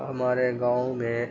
ہمارے گاؤں میں